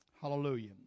Hallelujah